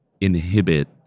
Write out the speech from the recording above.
inhibit